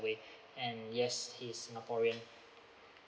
way and yes he is singaporean